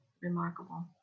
remarkable